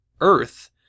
earth